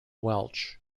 welch